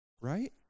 Right